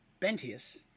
Bentius